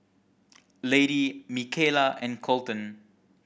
Lady Michaela and Kolton